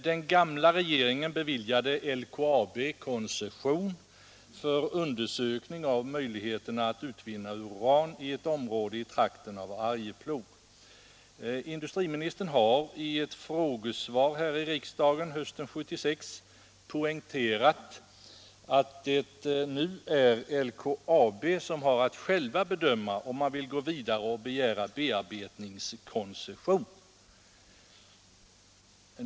Den gamla regeringen beviljade LKAB koncession för undersökning av möjligheterna att utvinna uran i ett område i trakten av Arjeplog. Industriministern har i ett frågesvar här i riksdagen hösten 1976 poängterat att det nu är LKAB självt som har att bedöma om man vill gå vidare och begära bearbetningskoncession.